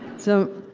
so,